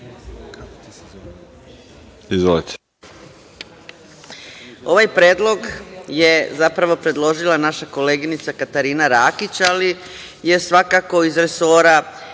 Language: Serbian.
Radeta** Ovaj predlog je zapravo predložila naša koleginica Katarina Rakić, ali je svakako iz resora